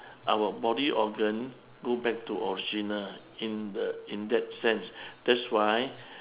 our body organ go back to original in the in that sense that's why